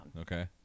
Okay